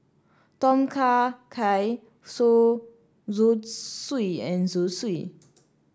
Tom Kha Gai sue Zosui and Zosui